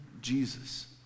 Jesus